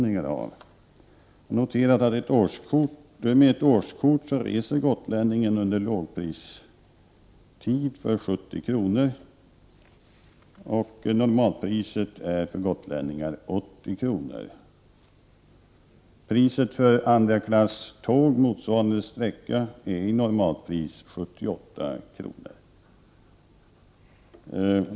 Jag har noterat att med ett årskort reser gotlänningen under lågprissäsong för 70 kr., samtidigt som normalpriset för gotlänningen är 80 kr. Normalpriset för en resa med andraklasståg motsvarande sträcka är 78 kr.